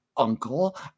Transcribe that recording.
Uncle